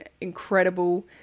incredible